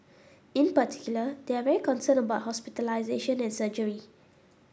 in particular they are very concerned about hospitalisation and surgery